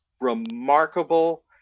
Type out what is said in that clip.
remarkable